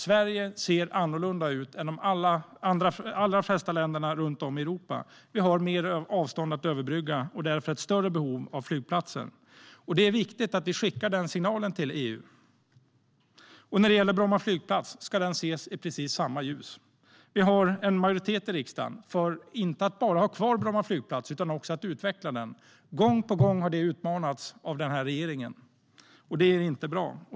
Sverige ser annorlunda ut än de allra flesta länder runt om i Europa. Vi har större avstånd att överbrygga och därför ett större behov av flygplatser. Det är viktigt att vi skickar den signalen till EU. När det gäller Bromma flygplats ska den ses i precis samma ljus. Vi har en majoritet i riksdagen för att inte bara ha kvar Bromma flygplats utan också utveckla den. Gång på gång har detta utmanats av regeringen, och det är inte bra.